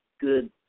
good